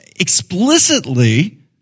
Explicitly